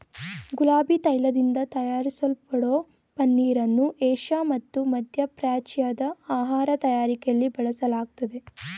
ಗುಲಾಬಿ ತೈಲದಿಂದ ತಯಾರಿಸಲ್ಪಡೋ ಪನ್ನೀರನ್ನು ಏಷ್ಯಾ ಮತ್ತು ಮಧ್ಯಪ್ರಾಚ್ಯದ ಆಹಾರ ತಯಾರಿಕೆಲಿ ಬಳಸಲಾಗ್ತದೆ